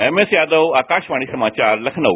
MS Yadav Akashvani समाचार लखनऊ